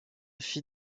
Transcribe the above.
fit